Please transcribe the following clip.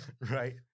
Right